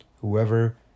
Whoever